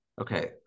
okay